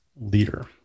leader